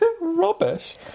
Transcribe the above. rubbish